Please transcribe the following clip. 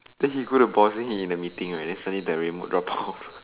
then he go the boss in the meeting right then suddenly the remote drop off